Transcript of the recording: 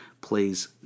plays